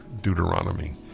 Deuteronomy